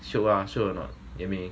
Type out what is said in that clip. shiok ah shiok or not 有没有你